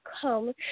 come